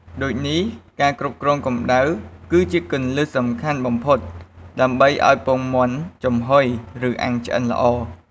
ដូចនេះ ការគ្រប់គ្រងកម្តៅគឺជាគន្លឹះសំខាន់បំផុតដើម្បីឱ្យពងមាន់ចំហុយឬអាំងឆ្អិនល្អ។